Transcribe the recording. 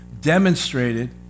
demonstrated